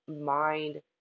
mind